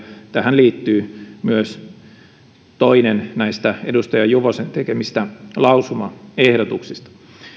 tähän liittyy myös toinen edustaja juvosen tekemistä lausumaehdotuksista